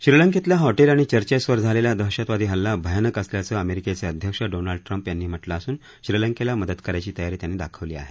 श्रीलंकेतल्या हॉटेल आणि चर्चेसवर झालेला दहशतवादी हल्ला भयानक असल्याचं अमेरिकेचे अध्यक्ष डोनाल्ड ट्रम्प यांनी म्हटलं असून श्रीलंकेला मदत करायची तयारी त्यांनी दाखवली आहे